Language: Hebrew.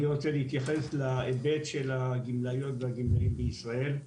אני רוצה להתייחס להיבט של הגמלאים והגמלאיות בישראל.